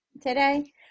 today